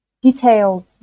detailed